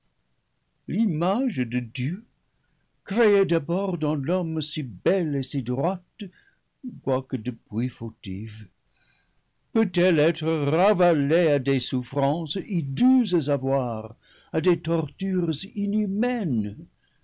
l'image de dieu créée d'abord dans l'homme si belle et si droite quoique depuis fautive peut-elle être ravalée à des souffrances hideuses à voir à des tortures inhumaines